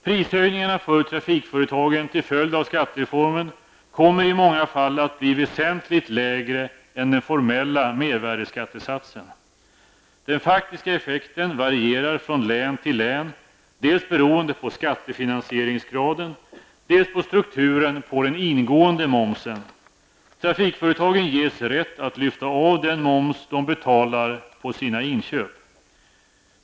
Prishöjningarna för trafikföretagen till följd av skattereformen kommer i många fall att bli väsentligt lägre än den formella mervärdeskattesatsen. Den faktiska effekten varierar från län till län beroende dels på skattefinansieringsgraden dels på strukturen på den ingående momsen. Trafikföretagen ges rätt att lyfta av den moms de betalar på sina inköp.